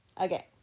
okay